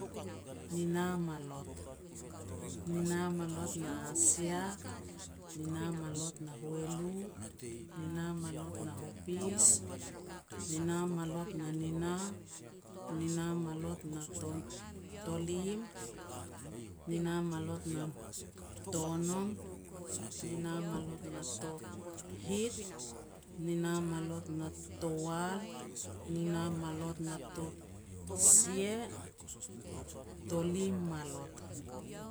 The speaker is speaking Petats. nina malot. Nina malot na asia, nina malot na hualu, nina malot na hopis, nina malot na nina, nina malot na to-tolim, nina malot na tonom, nina malot na tohit, nina malot na towal, nina malot na tosia, tolim malot.